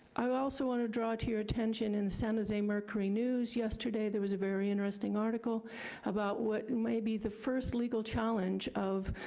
i also wanna draw to your attention in san jose mercury news yesterday there was a very interesting article about what may be the first legal challenge of